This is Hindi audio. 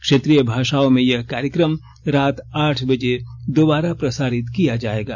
क्षेत्रीय भाषाओं में यह कार्यक्रम रात आठ बजे दोबारा प्रसारित किया जाएगा